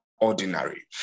ordinary